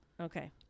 Okay